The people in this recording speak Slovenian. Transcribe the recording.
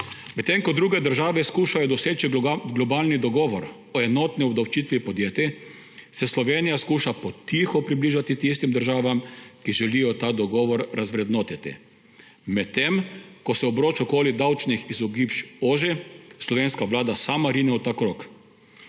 Medtem ko druge države skušajo doseči globalni dogovor o enotni obdavčitvi podjetij, se Slovenija skuša po tiho približati tistim državam, ki željo ta dogovor razvrednotiti. Medtem ko se obroč okoli davčnih oži, slovenska Vlada sama rine v ta krog.